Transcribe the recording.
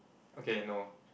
okay no